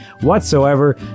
whatsoever